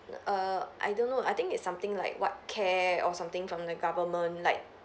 err I don't know I think it's something like what care or something from the government like